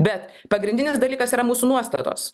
bet pagrindinis dalykas yra mūsų nuostatos